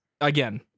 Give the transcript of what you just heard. again